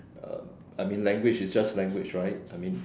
um I mean language is just language right I mean